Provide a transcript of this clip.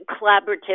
collaborative